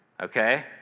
Okay